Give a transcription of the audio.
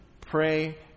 pray